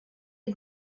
and